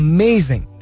Amazing